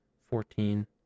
fourteen